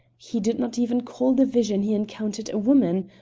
he did not even call the vision he encountered a woman.